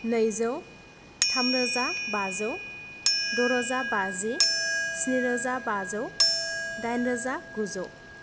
नैजौ थामरोजा बाजौ द' रोजा बाजि स्नि रोजा बाजौ दाइन रोजा गुजौ